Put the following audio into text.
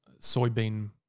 soybean